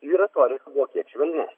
jų retorika buvo kiek švelnes